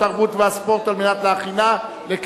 התרבות והספורט נתקבלה.